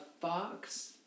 fox